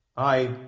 i,